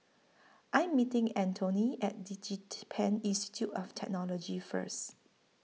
I Am meeting Antone At Institute of Technology First